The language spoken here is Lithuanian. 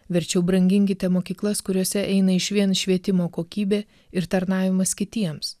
verčiau branginkite mokyklas kuriose eina išvien švietimo kokybė ir tarnavimas kitiems